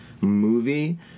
movie